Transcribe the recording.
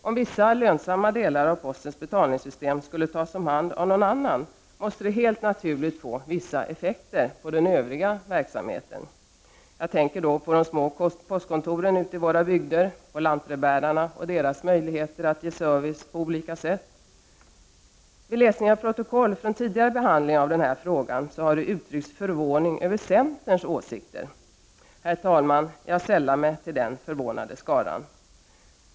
Om vissa lönsamma delar av postens betalningssystem skulle tas om hand av någon annan, måste detta helt naturligt få vissa effekter på den övriga verksamheten. Jag tänker då främst på de små postkontoren ute i våra bygder, på lantbrevbärarna och deras möjligheter att ge service på olika sätt. Vid läsning av protokoll från tidigare behandling av denna fråga har det uttryckts förvåning över centerns åsikter. Herr talman! Jag sällar mig till den förvånade skaran.